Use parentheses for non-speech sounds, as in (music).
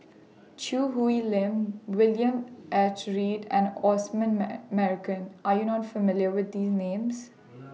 Choo Hwee Lim William H Read and Osman (unintelligible) Merican Are YOU not familiar with These Names